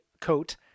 coat